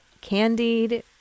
candied